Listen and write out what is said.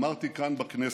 אמרתי כאן בכנסת: